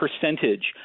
percentage